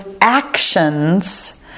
actions